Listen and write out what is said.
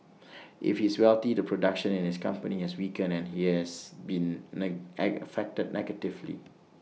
if he's wealthy the production in his company has weakened and he has been night egg affected negatively